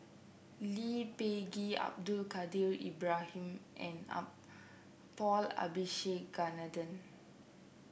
Lee Peh Gee Abdul Kadir Ibrahim and Paul Abisheganaden